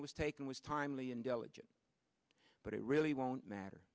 that was taken was timely intelligence but it really won't matter